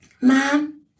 mom